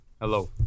Hello